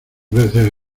veces